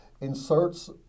inserts